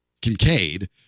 Kincaid